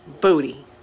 booty